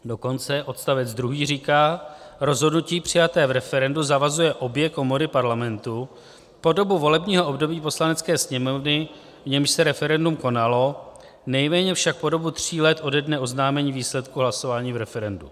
Dokonce odstavec druhý říká, že rozhodnutí přijaté v referendu zavazuje obě komory Parlamentu po dobu volebního období Poslanecké sněmovny, v němž se referendum konalo, nejméně však po dobu tří let ode dne oznámení výsledku hlasování v referendu.